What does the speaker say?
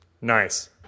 Nice